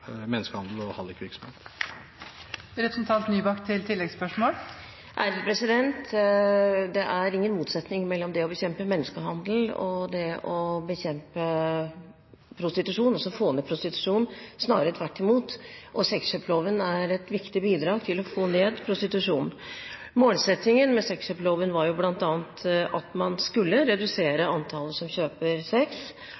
det å bekjempe prostitusjon, altså å få ned prostitusjonen, snarere tvert imot, og sexkjøpsloven er et viktig bidrag til å få ned prostitusjonen. Målsettingen med sexkjøpsloven var jo bl.a. at man skulle redusere antallet som kjøper sex,